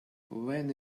when